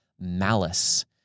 malice